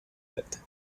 that